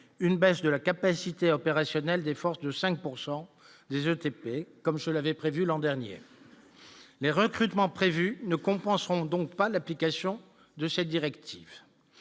une baisse de la capacité opérationnelle des forces de 5 pourcent des ETP, comme je l'avais prévu l'an dernier les recrutements prévus ne compenseront donc pas l'application de cette directive